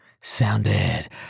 sounded